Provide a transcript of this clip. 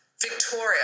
Victoria